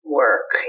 work